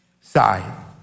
side